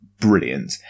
brilliant